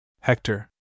Hector